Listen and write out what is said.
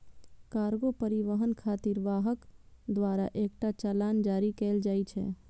cargo परिवहन खातिर वाहक द्वारा एकटा चालान जारी कैल जाइ छै